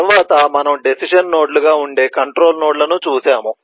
తరువాత మనం డెసిషన్ నోడ్లుగా ఉండే కంట్రోల్ నోడ్లను చూస్తాము